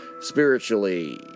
spiritually